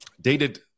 Dated